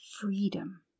freedom